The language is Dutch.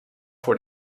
voor